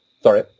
Sorry